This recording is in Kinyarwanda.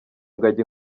ngagi